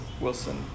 Wilson